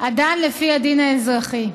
הדן לפי הדין האזרחי.